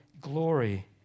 glory